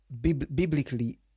biblically